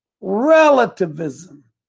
relativism